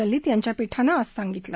ललित यांच्या पीठानं आज सांगितलं